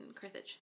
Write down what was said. Carthage